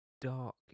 dark